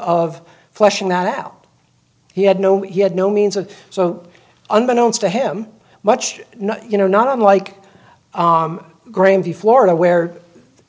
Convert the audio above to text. of fleshing that out he had no he had no means of so unbeknown to him much you know not unlike graham the florida where